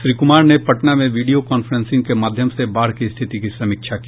श्री कुमार ने पटना में video conferencing के माध्यम से बाढ़ की स्थिति की समीक्षा की